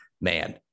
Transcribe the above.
man